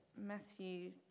Matthew